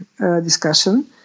discussion